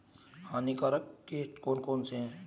हानिकारक कीट कौन कौन से हैं?